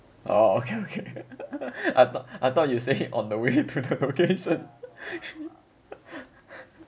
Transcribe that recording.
oh okay okay I thought I thought you say on the way to the location